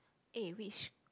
eh which